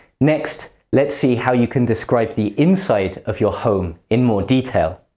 next, let's see how you can describe the inside of your home in more detail.